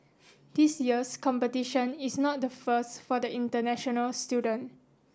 this year's competition is not the first for the international student